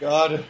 God